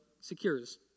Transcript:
secures